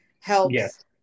helps